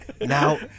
Now